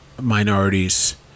minorities